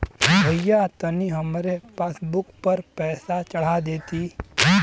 भईया तनि हमरे पासबुक पर पैसा चढ़ा देती